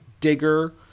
Digger